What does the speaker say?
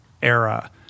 era